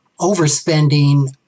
overspending